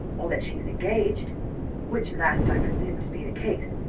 or that she's engaged which last i presume to be the case,